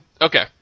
Okay